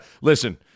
listen